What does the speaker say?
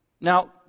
Now